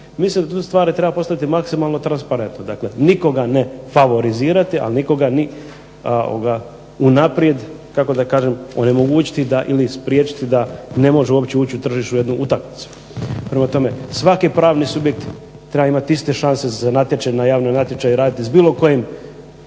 Mislim da tu stvari treba postaviti maksimalno transparentno. Dakle, nikoga ne favorizirati, ali nikoga ni unaprijed kako da kažem onemogućiti ili spriječiti da ne može uopće ući u tržišnu jednu utakmicu. Prema tome, svaki pravni subjekt treba imati iste šanse za natječaj na javnom natječaju raditi s bilo kojim